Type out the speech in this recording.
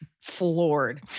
floored